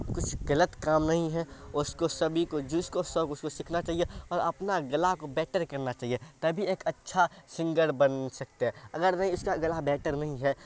کچھ غلط کام نہیں ہے اس کو سبھی کو جس کو شوق ہو اس کو سیکھنا چہیے اور اپنا گلا کو بیٹر کرنا چہیے تبھی ایک اچھا سنگر بن سکتے ہیں اگر نہیں اس کا گلا بیٹر نہیں ہے